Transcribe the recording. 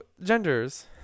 genders